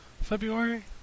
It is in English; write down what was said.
February